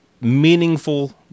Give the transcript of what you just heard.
meaningful